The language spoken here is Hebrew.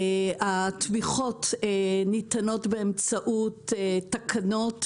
התמיכות ניתנות באמצעות תקנות וקריטריונים,